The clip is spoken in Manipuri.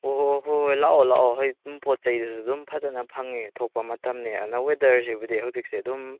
ꯑꯣ ꯍꯣꯏ ꯍꯣꯏ ꯂꯥꯛꯑꯣ ꯂꯥꯛꯑꯣ ꯍꯧꯖꯤꯛ ꯑꯗꯨꯝ ꯄꯣꯠ ꯆꯩꯗꯨꯁꯨ ꯑꯗꯨꯝ ꯐꯖꯅ ꯐꯪꯉꯦ ꯊꯣꯛꯄ ꯃꯇꯝꯅꯦ ꯑꯅꯧꯕ ꯋꯦꯗꯔꯁꯤꯕꯨꯗꯤ ꯍꯧꯖꯤꯛꯁꯦ ꯑꯗꯨꯝ